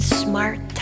smart